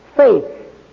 faith